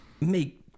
make